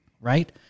Right